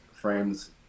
frames